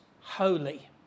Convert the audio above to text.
holy